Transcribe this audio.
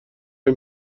این